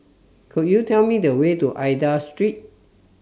Could YOU Tell Me The Way to Aida Street